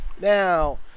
Now